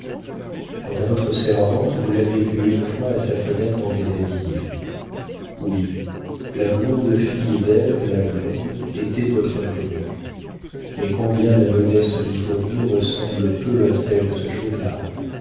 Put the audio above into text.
quant à votre servante vous l'avez vue une fois à sa fenêtre en déshabillé oui la blonde fille d'ève la blonde était votre inconnue mais combien la modeste d'aujourd'hui ressemble peu à celle de ce jour-là